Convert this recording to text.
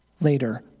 later